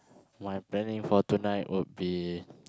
my planning for tonight would be